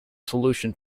solution